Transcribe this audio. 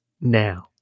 now